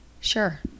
Sure